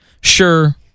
Sure